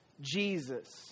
Jesus